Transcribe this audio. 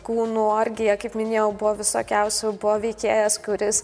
kūnų orgija kaip minėjau buvo visokiausių buvo veikėjas kuris